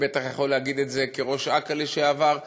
ואני בטח יכול להגיד את זה כראש אכ"א לשעבר.